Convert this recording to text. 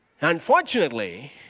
Unfortunately